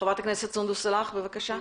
חברת הכנסת סונדוס סאלח, בבקשה.